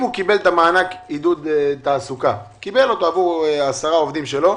אם הוא קיבל מענק עידוד תעסוקה עבור עשרה עובדים שלו,